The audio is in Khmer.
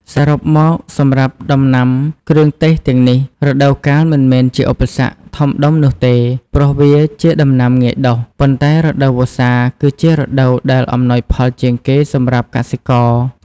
សរុបមក សម្រាប់ដំណាំគ្រឿងទេសទាំងនេះ រដូវកាលមិនមែនជាឧបសគ្គធំដុំនោះទេ ព្រោះវាជាដំណាំងាយដុះ ប៉ុន្តែរដូវវស្សាគឺជារដូវដែលអំណោយផលជាងគេសម្រាប់កសិករ។